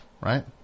right